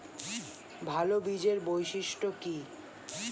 ভাল বীজের বৈশিষ্ট্য কী?